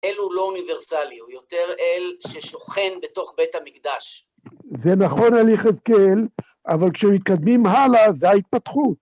האל הוא לא אוניברסלי, הוא יותר אל ששוכן בתוך בית המקדש. זה נכון על יחזקאל, אבל כשמתקדמים הלאה, זה ההתפתחות.